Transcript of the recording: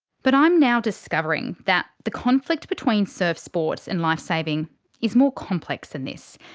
but i'm now discovering that the conflict between surf sports and lifesaving is more complex than this.